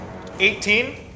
18